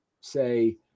say